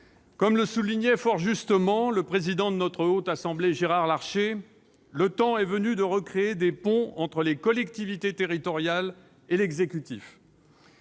comme le soulignait fort justement le président de la Haute Assemblée, Gérard Larcher, « le temps est venu de recréer des ponts entre les collectivités territoriales et l'exécutif